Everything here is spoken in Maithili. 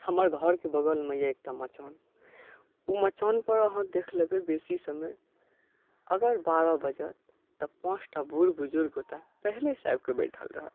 हमर घरकेँ बगलमे यऽ एकटा मचान ओहि मचान पर आहाँ देख लेबै बेसी समय अगर बारह बजे तक पांचटा बुढ बुजूर्ग ओतऽ पहिले सँ आबि कऽ बैठल रहत